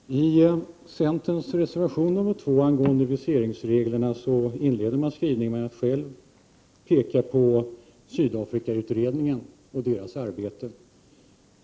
Herr talman! I centerns reservation 2 angående viseringsreglerna inleder man skrivningen med att peka på Sydafrikautredningen och dess arbete.